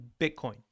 Bitcoin